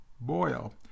boil